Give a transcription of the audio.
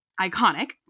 iconic